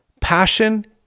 passion